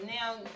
Now